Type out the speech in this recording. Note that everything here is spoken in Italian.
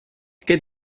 che